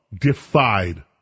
defied